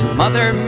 mother